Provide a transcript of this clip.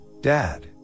Dad